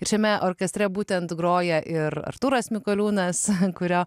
ir šiame orkestre būtent groja ir artūras mikoliūnas kurio